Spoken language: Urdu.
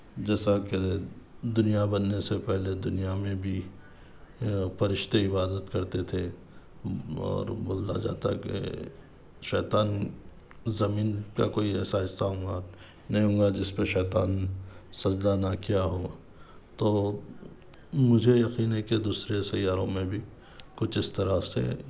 جیسا کہ دُنیا بننے سے پہلے دنیا میں بھی فرشتے عبادت کر تے تھے اور بولا جاتا کہ شیطان زمین کا کوئی ایسا حصّہ ہوں گا نہیں ہوں گا جس پر شیطان سجدہ نہ کیا ہو تو مجھے یقین ہے کہ دوسرے سیاروں میں بھی کچھ اس طرح سے